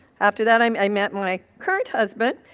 after that i met my current husband,